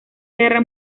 guerra